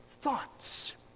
thoughts